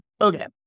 Okay